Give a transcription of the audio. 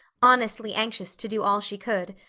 honestly anxious to do all she could,